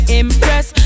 impress